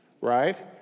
right